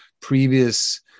previous